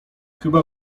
chyba